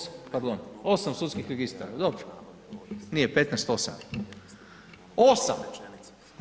8, pardon 8 sudskih registara, dobro, nije 15, 8 je.